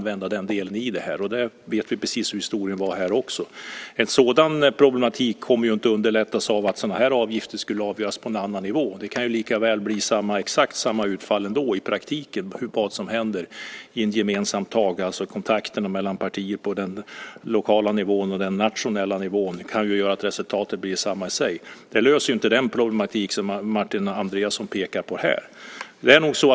Vi vet precis hur historien var här. Ett sådant problem kommer inte att underlättas av att sådana avgifter skulle avgöras på en annan nivå. Det kan likaväl i praktiken bli exakt samma utfall ändå i kontakter mellan partier på den lokala nivån och den nationella nivån. Resultatet kan bli detsamma. Det löser inte det problem som Martin Andreasson pekar på här.